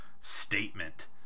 statement